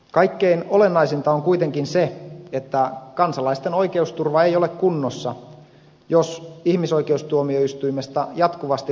kaikkein olennaisinta on kuitenkin se että kansalaisten oikeusturva ei ole kunnossa jos ihmisoikeustuomioistuimesta jatkuvasti räpsähtelee tuomioita